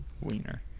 Wiener